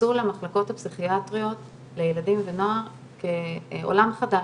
תתייחסו למחלקות הפסיכיאטריות לילדים ונוער כעולם חדש,